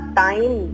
time